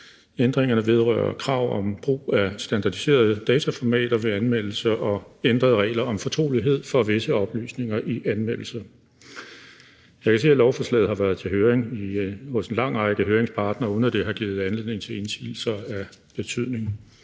Ændringerne vedrører krav om brug af standardiserede dataformater ved anmeldelser og ændrede regler om fortrolighed for visse oplysninger i anmeldelser. Jeg kan se, at lovforslaget har været i høring hos en lang række høringspartnere, uden at det har givet anledning til indsigelser af betydning.